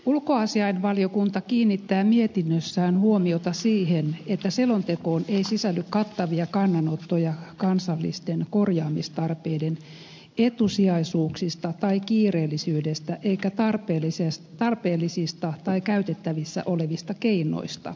ulkoasiainvaliokunta kiinnittää mietinnössään huomiota siihen että selontekoon ei sisälly kattavia kannanottoja kansallisten korjaamistarpeiden etusijaisuuksista tai kiireellisyydestä eikä tarpeellisista tai käytettävissä olevista keinoista